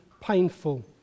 painful